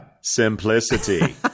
simplicity